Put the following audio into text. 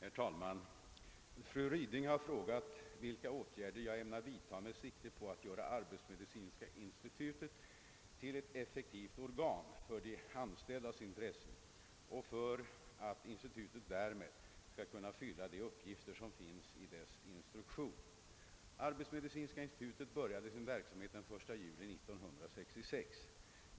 Herr talman! Fru Ryding har frågat vilka åtgärder jag ämnar vidta med sikte på att göra arbetsmedicinska institutet till ett effektivt organ för de anställdas intressen och för att institutet därmed skall kunna fylla de uppgifter som finns i dess instruktion. Arbetsmedicinska institutet började sin verksamhet den 1 juli 1966.